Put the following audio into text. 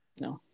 No